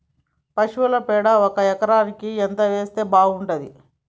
పశువుల పేడ ఒక ఎకరానికి ఎంత వేస్తే బాగుంటది?